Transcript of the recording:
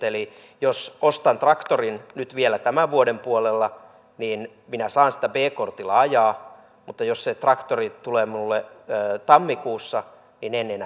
eli jos ostan traktorin nyt vielä tämän vuoden puolella niin minä saan sitä b kortilla ajaa mutta jos se traktori tulee minulle tammikuussa niin en enää saa